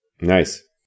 Nice